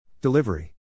Delivery